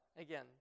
again